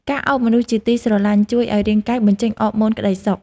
ការអោបមនុស្សជាទីស្រឡាញ់ ជួយឱ្យរាងកាយបញ្ចេញអរម៉ូនក្ដីសុខ។